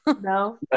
no